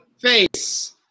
face